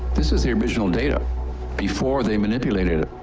this is the original data before they manipulated it.